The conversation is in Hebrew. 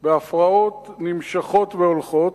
בהפרעות נמשכות והולכות,